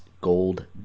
gold